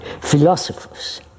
philosophers